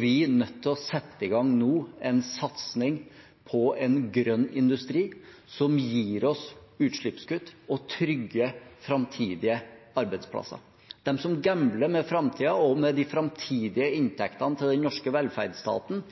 vi nødt til nå å sette i gang en satsing på en grønn industri som gir oss utslippskutt og trygger framtidige arbeidsplasser. De som gambler med framtiden og med de framtidige inntektene til den norske velferdsstaten,